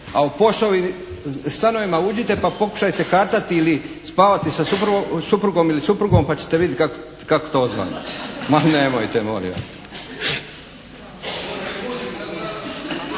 stanovima uđite pa pokušajte kartati ili spavati sa suprugom ili suprugom pa ćete vidjeti kako to odzvanja. Ma nemojte molim